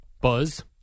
buzz